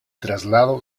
traslado